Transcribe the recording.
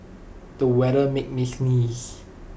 the weather made me sneeze